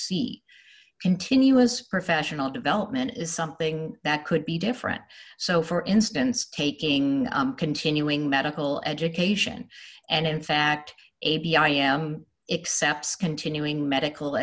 c continuous professional development is something that could be different so for instance taking continuing medical education and in fact a b i am excepts continuing medical